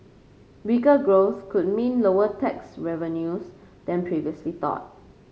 weaker growth could mean lower tax revenues than previously thought